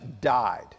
died